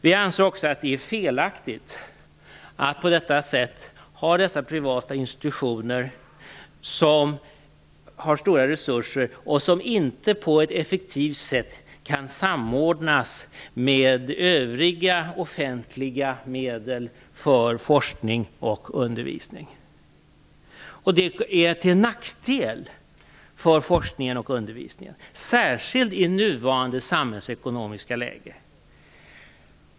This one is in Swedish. Vi anser också att det är felaktigt att på detta sätt ha dessa privata institutioner som har stora resurser som inte på ett effektivt sätt kan samordnas med övriga offentliga medel för forskning och undervisning. Det är till nackdel för forskningen och undervisningen, särskilt i nuvarande samhällsekonomiska läge.